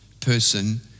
person